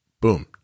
boom